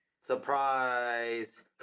Surprise